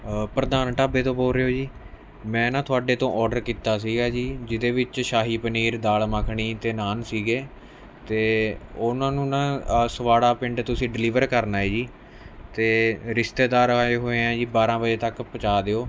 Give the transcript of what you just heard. ਪ੍ਰਧਾਨ ਢਾਬੇ ਤੋਂ ਬੋਲ ਰਹੇ ਹੋ ਜੀ ਮੈਂ ਨਾ ਤੁਹਾਡੇ ਤੋਂ ਔਰਡਰ ਕੀਤਾ ਸੀਗਾ ਜੀ ਜਿਹਦੇ ਵਿੱਚ ਸ਼ਾਹੀ ਪਨੀਰ ਦਾਲ ਮੱਖਣੀ ਅਤੇ ਨਾਨ ਸੀਗੇ ਅਤੇ ਉਹਨਾਂ ਨੂੰ ਨਾ ਆਸਵਾੜਾ ਪਿੰਡ ਤੁਸੀਂ ਡਿਲੀਵਰ ਕਰਨਾ ਏ ਜੀ ਅਤੇ ਰਿਸ਼ਤੇਦਾਰ ਆਏ ਹੋਏ ਆਂ ਜੀ ਬਾਰ੍ਹਾਂ ਵਜੇ ਤੱਕ ਪਹੁੰਚਾ ਦਿਓ